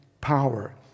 power